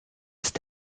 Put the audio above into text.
ist